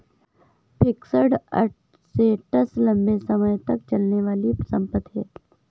fixed assets लंबे समय तक चलने वाली संपत्ति है